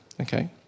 okay